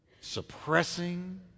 Suppressing